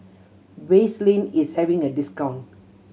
Vaselin is having a discount